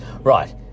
Right